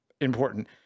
important